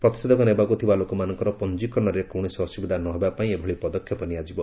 ପ୍ରତିଷେଧକ ନେବାକୁ ଥିବା ଲୋକମାନଙ୍କର ପଞ୍ଜିକରଣରେ କୌଣସି ଅସୁବିଧା ନହେବା ପାଇଁ ଏଭଳି ପଦକ୍ଷେପ ନିଆଯିବ